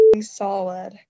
solid